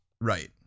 Right